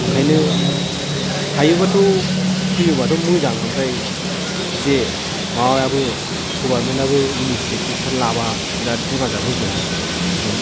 ओंखायनो हायोबाथ' फैयोबाथ' मोजां ओमफ्राय एसे माबायाबो गभारमेन्ट आबो इनिसिएटिभ फोर लाबा बिराद हेफाजाब होगोन बिदिनो